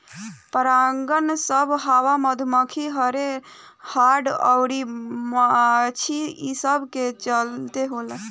परागन सभ हवा, मधुमखी, हर्रे, हाड़ अउर माछी ई सब के चलते होला